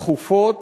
דחופות.